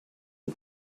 and